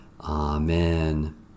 Amen